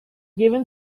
given